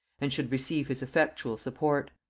and should receive his effectual support.